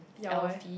ya why